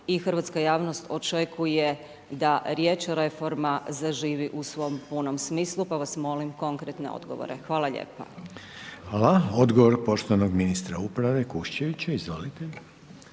i hrvatska javnost očekuje da riječ reforma zaživi u svom punom smislu, pa vas molim konkretne odgovore. Hvala lijepo. **Reiner, Željko (HDZ)** Hvala, odgovor poštovanog ministra uprave, Kuščevića, izvolite.